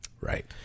Right